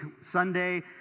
Sunday